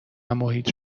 محیط